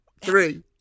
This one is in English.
Three